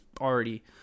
already